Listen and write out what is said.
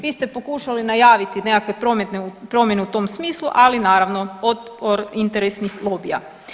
Vi ste pokušali najaviti nekakve promjene u tom smislu, ali naravno otpor interesnih lobija.